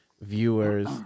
viewers